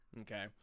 okay